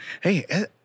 Hey